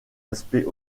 aspect